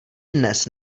dnes